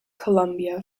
columbia